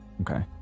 Okay